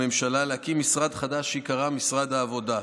הממשלה, להקים משרד חדש שייקרא משרד העבודה.